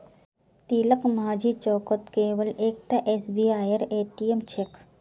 तिलकमाझी चौकत केवल एकता एसबीआईर ए.टी.एम छेक